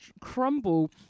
crumble